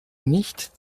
nicht